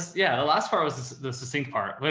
yeah. the last part was the succinct part.